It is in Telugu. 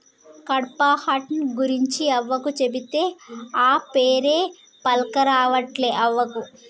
కడ్పాహ్నట్ గురించి అవ్వకు చెబితే, ఆ పేరే పల్కరావట్లే అవ్వకు